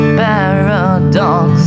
paradox